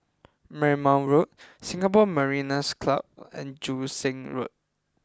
Marymount Road Singapore Mariners' Club and Joo Seng Road